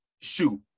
shoot